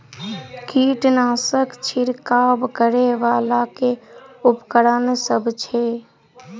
कीटनासक छिरकाब करै वला केँ उपकरण सब छै?